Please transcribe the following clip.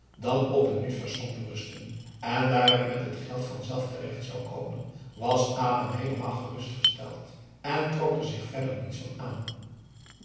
dan op een misverstand berusten en daar het met het geld vanzelf terecht zou komen was adam heelemaal gerustgesteld en trok er zich verder niets van aan